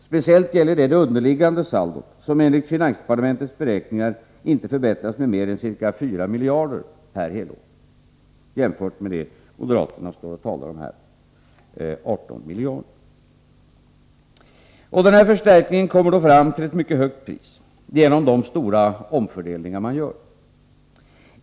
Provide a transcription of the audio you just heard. Speciellt gäller detta det underliggande saldot, som enligt finansdepartementets beräkningar inte förbättras med mer än ca 4 miljarder per helår jämfört med det moderaterna står och talar om här — 18 miljarder. Och denna förstärkning uppkommer till ett mycket högt pris genom de stora omfördelningar man gör.